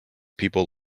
people